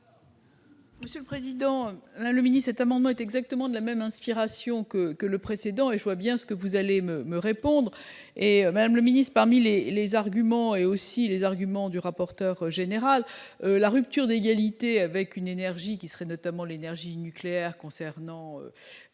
Monsieur le président, le mini-cet amendement est exactement de la même inspiration. Donc que le précédent et je vois bien ce que vous allez me répondre et même la milice parmi les les arguments et aussi les arguments du rapporteur général, la rupture d'égalité avec une énergie qui serait notamment l'énergie nucléaire concernant